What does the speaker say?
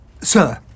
Sir